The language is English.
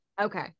okay